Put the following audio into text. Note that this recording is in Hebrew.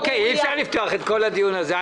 אי אפשר לפתוח את כל הדיון הזה.